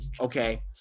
okay